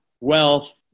wealth